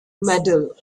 medal